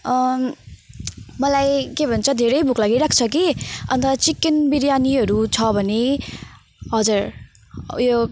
मलाई के भन्छ धेरै भोक लागिरहेको छ कि अनि त चिकन बिरयानीहरू छ भने हजुर ऊ यो